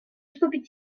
вступит